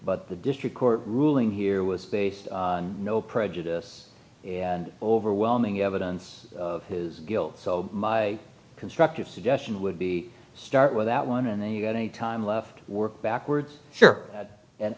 but the district court ruling here was no prejudice overwhelming evidence of his guilt so my constructive suggestion would be start with that one and then you got any time left work backwards sure